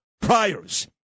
priors